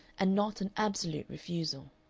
and not an absolute refusal.